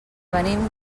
venim